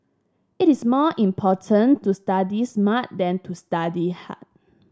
it is more important to study smart than to study hard